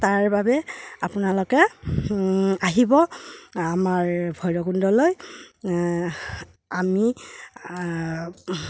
তাৰ বাবে আপোনালোকে আহিব আমাৰ ভৈৰৱকুণ্ডলৈ আমি